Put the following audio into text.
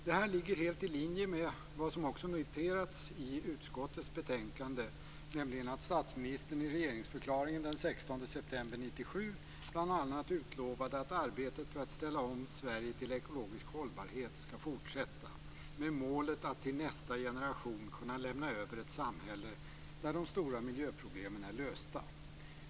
Detta ligger helt i linje med vad som också noterats i utskottets betänkande, nämligen att statsministern i regeringsförklaringen den 16 september 1997 bl.a. utlovade att arbetet för att ställa om Sverige till ekologisk hållbarhet skall fortsätta med målet att till nästa generation kunna lämna över ett samhälle där de stora miljöproblemen är lösta.